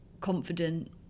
confident